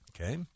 Okay